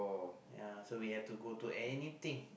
ya so we have to go to anything